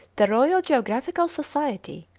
the royal geographical society.